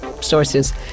sources